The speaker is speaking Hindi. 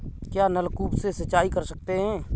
क्या नलकूप से सिंचाई कर सकते हैं?